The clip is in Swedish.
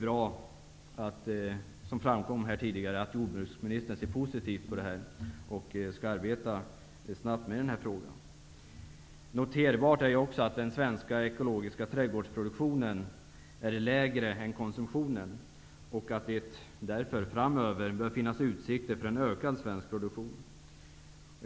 Det är bra att jordbruksministern ser positivt på den här frågan och att han skall arbeta mycket snabbt med den. Noterbart är också att den svenska ekologiska trädgårdsproduktionen är lägre än konsumtionen. Därför bör det framöver finnas utsikter för en ökad svensk produktion.